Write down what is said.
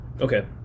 okay